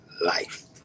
life